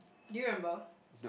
do you remember